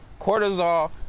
cortisol